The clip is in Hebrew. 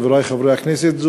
חברי חברי הכנסת,